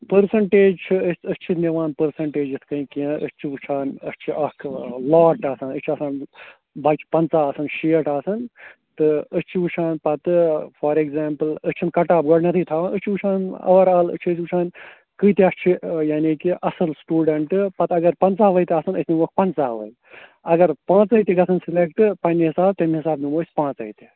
percentage چھِ أسۍ أسۍ چھِنہٕ دِوان پٕرسَنٹیج یِتھ کَنۍ کینٛہہ أسۍ چھِ وٕچھان اَسہِ چھُ اَکھ لوٹ آسان أسۍ چھِ آسان بَچہِ پَنٛژاہ آسَن شیٹھ آسَن تہٕ أسۍ چھِ وٕچھان پَتہٕ فور اٮ۪کزامپٕل أسۍ چھِنہٕ کَٹ آف گۄڈنٮ۪تھٕے تھاوان أسۍ چھِ وٕچھان اوٚوَرآل چھِ أسۍ وٕچھان کۭتیٛاہ چھِ یعنی کہِ اَصٕل سِٹوٗڈنٛٹ پَتہٕ اگر پَنژاہ وَے تہِ آسَن أسۍ نِمہوکھ پَنٛژاہ وَے اگر پانٛژَے تہِ گَژھَن سلٮ۪کٹ پَنٛنہِ حِساب تَمہِ حِساب نِمو أسۍ پانٛژَے تہِ